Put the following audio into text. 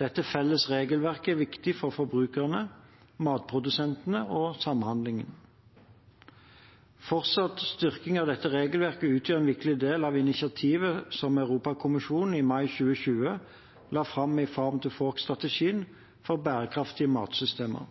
Dette felles regelverket er viktig for forbrukerne, matprodusentene og samhandelen. Fortsatt styrking av dette regelverket utgjør en viktig del av initiativet som Europakommisjonen i mai 2020 la fram i Farm to Fork-strategien for bærekraftige matsystemer.